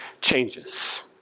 changes